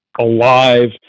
alive